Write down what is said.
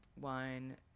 wine